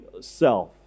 self